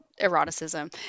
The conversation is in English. eroticism